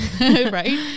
Right